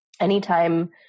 anytime